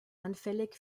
anfällig